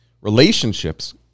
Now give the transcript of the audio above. Relationships